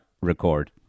record